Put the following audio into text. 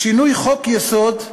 שינוי חוק-יסוד,